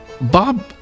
Bob